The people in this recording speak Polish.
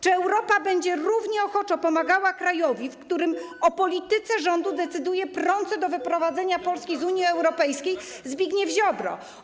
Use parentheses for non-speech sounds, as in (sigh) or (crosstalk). Czy Europa będzie równie ochoczo pomagała krajowi, w którym o polityce rządu (noise) decyduje prący do wyprowadzenia Polski z Unii Europejskiej Zbigniew Ziobro?